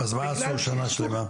אז מה עשו שנה שלמה?